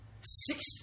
Six